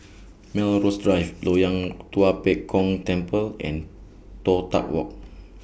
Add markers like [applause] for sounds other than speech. Melrose Drive Loyang [noise] Tua Pek Kong Temple and Toh Tuck Walk